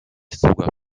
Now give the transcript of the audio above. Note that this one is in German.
sogar